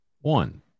One